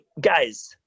guys